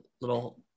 little